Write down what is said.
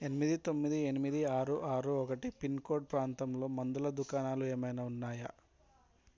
ఎనిమిది తొమ్మిది ఎనిమిది ఆరు ఆరు ఒకటి పిన్కోడ్ ప్రాంతంలో మందుల దుకాణాలు ఏమైనా ఉన్నాయా